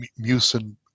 mucin